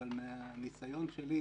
אבל מהניסיון שלי,